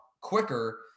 quicker